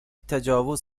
تجاوز